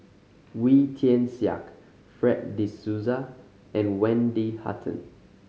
Wee Tian Siak Fred De Souza and Wendy Hutton